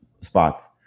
spots